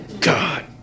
god